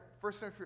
first